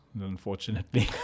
unfortunately